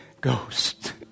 Ghost